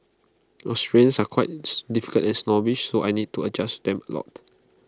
Australians are quite difficult and snobbish so I need to adjust them A lot